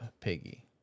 Piggy